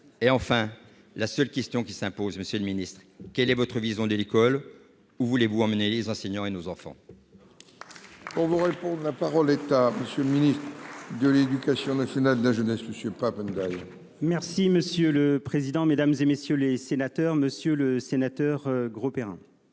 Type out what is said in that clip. enfin les seules questions qui s'imposent : quelle est votre vision de l'école ? Où voulez-vous emmener les enseignants et nos enfants ?